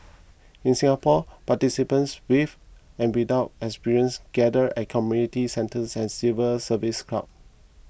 in Singapore participants with and without experience gathered at community centres and civil service club